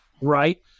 right